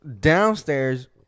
downstairs